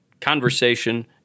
conversation